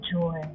joy